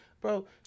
Bro